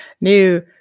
new